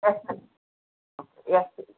XL X